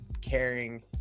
caring